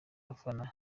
bafana